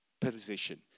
position